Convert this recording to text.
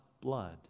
blood